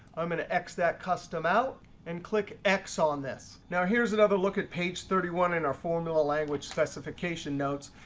i'm going to x that custom out and click x on this. now here's another look at page thirty one in our formula language specification notes.